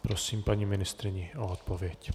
Prosím paní ministryni o odpověď.